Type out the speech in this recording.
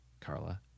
Carla